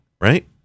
right